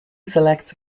selects